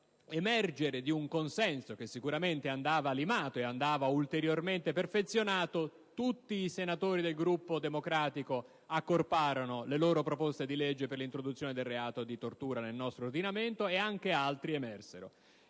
emergere di un consenso, che sicuramente andava limato e ulteriormente perfezionato, tutti i senatori del Gruppo Democratico accorparono le loro proposte di legge per l'introduzione del reato di tortura nel nostro ordinamento, ed emersero